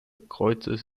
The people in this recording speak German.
kreuzes